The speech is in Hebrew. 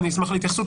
ואני אשמח להתייחסות,